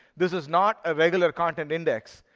this is not a regular content index.